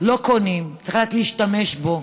לא קונים, צריך לדעת להשתמש בו.